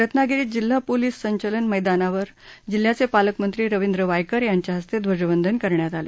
रत्नागिरीत जिल्हा पोलीस संचलन मैदानावर जिल्ह्याचे पालकमंत्री रवींद्र वायकर यांच्या हस्ते ध्वजवंदन करण्यात आलं